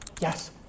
Yes